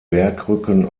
bergrücken